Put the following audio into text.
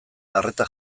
arreta